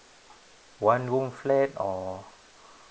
one room flat or